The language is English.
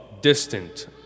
distant